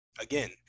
again